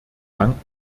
danken